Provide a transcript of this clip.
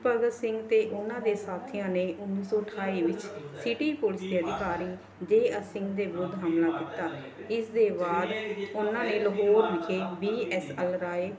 ਭਗਤ ਸਿੰਘ ਅਤੇ ਉਹਨਾਂ ਦੇ ਸਾਥੀਆਂ ਨੇ ਉੱਨੀ ਸੌ ਅਠਾਈ ਵਿੱਚ ਸੀਟੀ ਪੁਲਿਸ ਦੇ ਅਧਿਕਾਰੀ ਜੇ ਐਸ ਸਿੰਘ ਦੇ ਵਿਰੁੱਧ ਹਮਲਾ ਕੀਤਾ ਇਸ ਦੇ ਬਾਅਦ ਉਹਨਾਂ ਨੇ ਲਾਹੌਰ ਵਿਖੇ ਬੀ ਐਸ ਐਲ ਰਾਏ